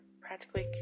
practically